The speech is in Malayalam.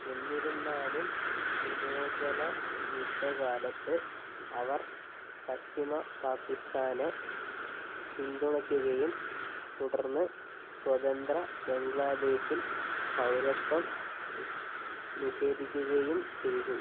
എന്നിരുന്നാലും വിമോചന യുദ്ധകാലത്ത് അവർ പശ്ചിമ പാകിസ്താനെ പിന്തുണയ്ക്കുകയും തുടർന്ന് സ്വതന്ത്ര ബംഗ്ലാദേശിൽ പൗരത്വം നിഷേധിക്കുകയും ചെയ്തു